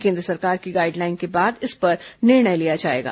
केन्द्र सरकार की गाइडलाइन के बाद इस पर निर्णय लिया जाएगा